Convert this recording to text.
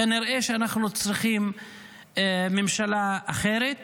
כנראה שאנחנו צריכים ממשלה אחרת